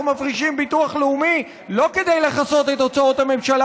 אנחנו מפרישים לביטוח לאומי לא כדי לכסות את הוצאות הממשלה